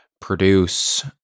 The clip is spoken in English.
produce